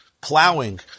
Plowing